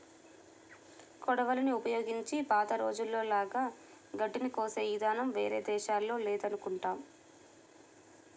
కొడవళ్ళని ఉపయోగించి పాత రోజుల్లో లాగా గడ్డిని కోసే ఇదానం వేరే దేశాల్లో లేదనుకుంటా